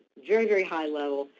very, very, high level,